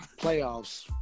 playoffs